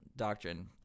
doctrine